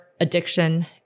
addiction